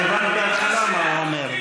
את הבנת בהתחלה מה הוא אומר.